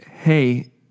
Hey